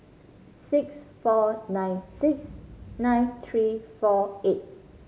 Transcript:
six four nine six nine three four eight